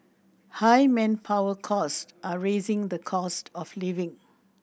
high manpower costs are raising the cost of living